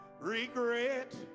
regret